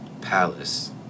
Palace